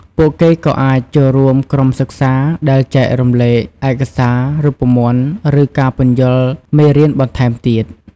ពួកគេក៏អាចចូលរួមក្រុមសិក្សា ដែលចែករំលែកឯកសារ រូបមន្ត ឬការពន្យល់មេរៀនបន្ថែមទៀត។